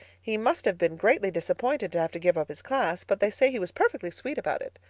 he must have been greatly disappointed to have to give up his class, but they say he was perfectly sweet about it.